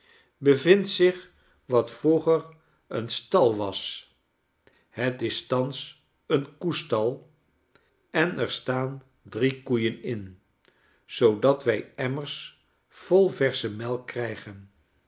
bevindt zich wat vroeger een stal was het is thans een koestal en er staan drie koeien in zoodat wij emmers vol versche melk krijgen